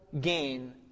gain